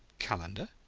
calendar?